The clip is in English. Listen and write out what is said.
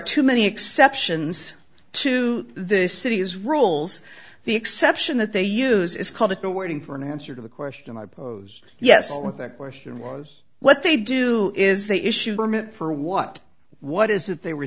too many exceptions to this city has rules the exception that they use is called at the wording for an answer to the question i pose yes the question was what they do is they issue permit for what what is it they were